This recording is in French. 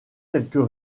quelques